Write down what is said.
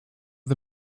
the